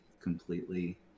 completely